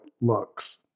looks